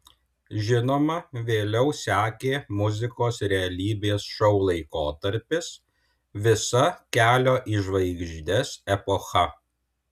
žinoma vėliau sekė muzikos realybės šou laikotarpis visa kelio į žvaigždes epocha